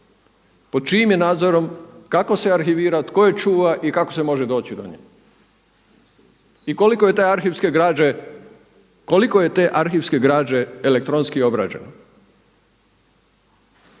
Pod čijim je nadzorom? Kako se arhivira? Tko je čuva? I kako se može doći do njega? I koliko je te arhivske građe elektronski obrađeno